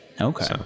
Okay